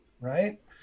right